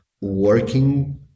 working